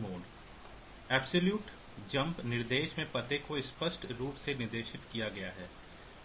mode absolute jump निर्देश में पते को स्पष्ट रूप से निर्दिष्ट किया गया है